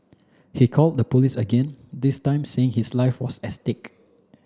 he called the police again this time saying his life was at stake